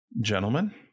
gentlemen